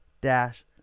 dash